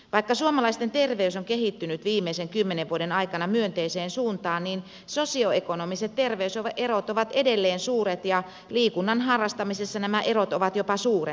vaikka suomalaisten terveys on kehittynyt viimeisen kymmenen vuoden aikana myönteiseen suuntaan niin sosioekonomiset terveyserot ovat edelleen suuret ja liikunnan harrastamisessa nämä erot ovat jopa suurentuneet